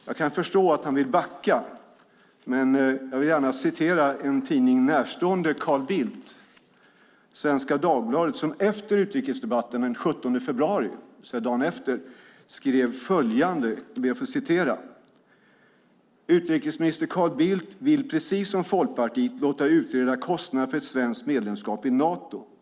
Jag kan förstå att han vill backa, men jag vill gärna citera en tidning närstående Carl Bildt, Svenska Dagbladet, som dagen efter utrikesdebatten den 17 februari skrev följande: Utrikesminister Carl Bildt vill precis som Folkpartiet låta utreda kostnaderna för ett svenskt medlemskap i Nato.